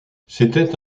c’était